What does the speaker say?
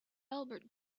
albert